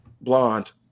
Blonde